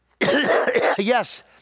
Yes